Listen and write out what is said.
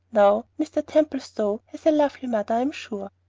now mr. templestowe has a lovely mother i'm sure.